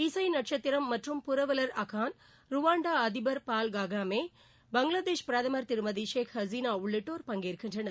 இசை நட்சத்திரம் மற்றும் புரவலர் அகான் ருவான்டா அதிபர் பால் காகாமே பங்களாதேஷ் பிரதமர் திருமதி ஷேக் ஹசினா உள்ளிட்டோர் பங்கேற்கின்றனர்